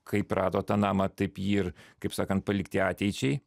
kaip rado tą namą taip jį ir kaip sakant palikti ateičiai